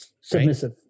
Submissive